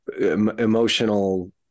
emotional